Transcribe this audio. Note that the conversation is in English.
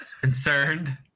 concerned